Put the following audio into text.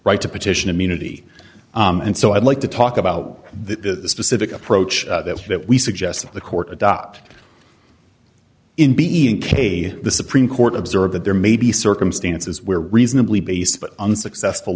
right to petition immunity and so i'd like to talk about the specific approach that we suggest the court adopt in being case the supreme court observed that there may be circumstances where reasonably based but unsuccessful